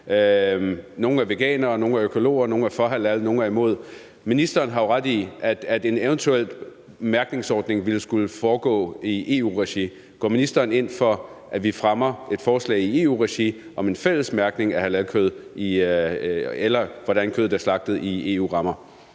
nogle er økologer, nogle er for halal og nogle er imod, og ministeren har jo ret i, at en eventuel mærkningsordning ville skulle foregå i EU-regi. Går ministeren ind for, at vi fremmer et forslag i EU-regi om en fælles mærkning af halalkød, eller hvordan kødet er slagtet, altså i EU-rammer?